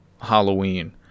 Halloween